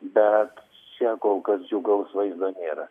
bet čia kol kas džiugaus vaizdo nėra